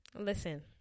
Listen